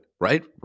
right